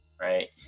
right